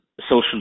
social